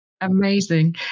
amazing